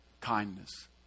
kindness